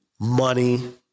Money